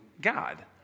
God